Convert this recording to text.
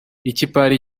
ikipari